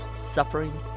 suffering